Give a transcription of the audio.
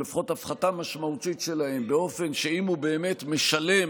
או לפחות הפחתה משמעותית שלהן באופן שאם הוא באמת משלם,